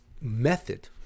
method